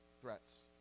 threats